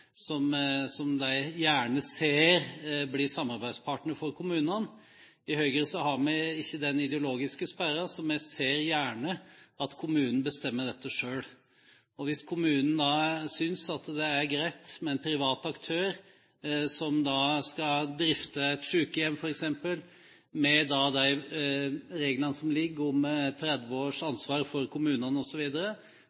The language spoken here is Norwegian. boligbyggelagene og de ideelle som de gjerne ser blir samarbeidspartnere for kommunene. I Høyre har vi ikke den ideologiske sperren, så vi ser gjerne at kommunene bestemmer dette selv. Hvis kommunen da synes at det er greit med en privat aktør som f.eks. skal drifte et sykehjem, med de reglene som ligger om 30 års